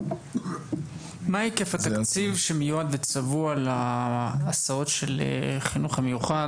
מה היקף התקציב שמיועד וצבוע להסעות של החינוך המיוחד